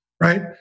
right